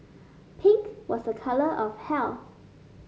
pink was a colour of health